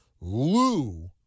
Lou